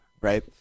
right